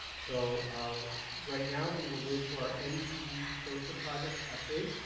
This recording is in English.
so right now we will move to our npd closure project update,